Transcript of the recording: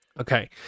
Okay